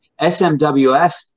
SMWS